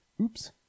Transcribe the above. Oops